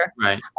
right